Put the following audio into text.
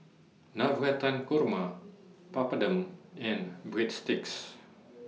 Navratan Korma Papadum and Breadsticks